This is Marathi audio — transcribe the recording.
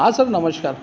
हां सर नमस्कार